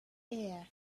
air